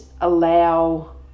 allow